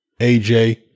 AJ